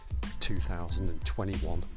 2021